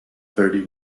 thirty